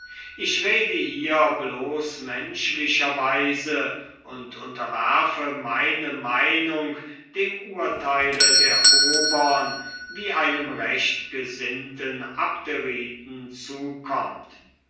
ich rede hier bloß menschlicher weise und unterwerfe meine meinung dem urteil der obern wie einem rechtgesinnten abderiten zukommt